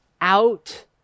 out